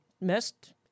missed